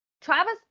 Travis